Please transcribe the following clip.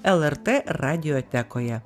lrt radiotekoje